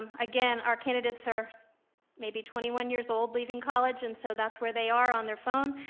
um again, our candidates are maybe twenty one years old leaving college and so that's where they are on their phone.